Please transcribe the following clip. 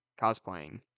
cosplaying